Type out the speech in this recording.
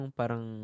parang